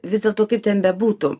vis dėlto kaip ten bebūtų